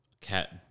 cat